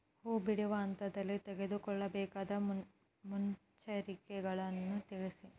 ಹೂ ಬಿಡುವ ಹಂತದಲ್ಲಿ ತೆಗೆದುಕೊಳ್ಳಬೇಕಾದ ಮುನ್ನೆಚ್ಚರಿಕೆಗಳನ್ನು ತಿಳಿಸಿ?